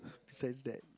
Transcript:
says that